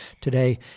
today